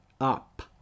up